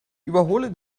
überhole